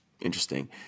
interesting